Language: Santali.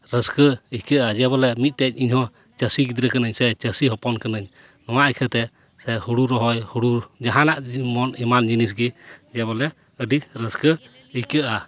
ᱨᱟᱹᱥᱠᱟᱹ ᱤᱠᱟᱹᱜᱼᱟ ᱵᱚᱞᱮ ᱢᱤᱫᱴᱮᱡ ᱤᱧ ᱦᱚᱸ ᱪᱟᱥᱤ ᱜᱤᱫᱽᱨᱟᱹ ᱠᱟᱹᱱᱟᱹᱧ ᱥᱮ ᱪᱟᱹᱥᱤ ᱦᱚᱯᱚᱱ ᱠᱟᱹᱱᱟᱹᱧ ᱱᱚᱣᱟ ᱤᱠᱷᱟᱹᱛᱮ ᱥᱮ ᱦᱳᱲᱳ ᱨᱚᱦᱚᱭ ᱦᱳᱲᱳ ᱡᱟᱦᱟᱱᱟᱜ ᱡᱮᱢᱚᱱ ᱮᱢᱟᱱ ᱡᱤᱱᱤᱥ ᱜᱮ ᱡᱮᱵᱚᱞᱮ ᱟᱹᱰᱤ ᱨᱟᱹᱥᱠᱟᱹ ᱤᱠᱟᱹᱜᱼᱟ